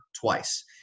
twice